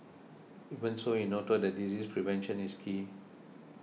even so he noted that disease prevention is key